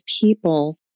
people